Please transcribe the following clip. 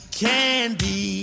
candy